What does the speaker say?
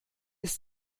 ist